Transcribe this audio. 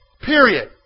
Period